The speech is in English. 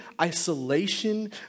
isolation